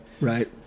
Right